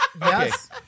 Yes